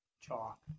chalk